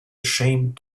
ashamed